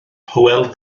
hywel